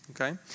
okay